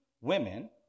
women